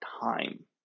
time